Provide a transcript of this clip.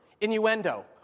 Innuendo